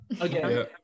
okay